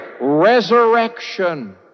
resurrection